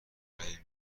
دوربین